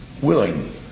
willing